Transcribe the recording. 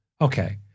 Okay